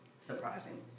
surprising